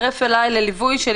להזכירכם,